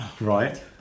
right